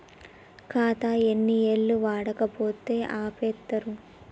ఖాతా ఎన్ని ఏళ్లు వాడకపోతే ఆపేత్తరు?